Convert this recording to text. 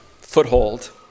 foothold